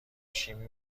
شیمی